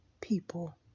people